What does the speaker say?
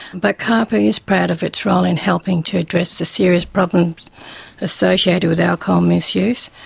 but caaapu is proud of its role in helping to address the serious problems associated with alcohol misuse.